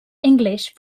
english